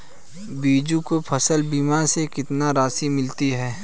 बीजू को फसल बीमा से कितनी राशि मिली है?